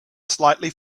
slightly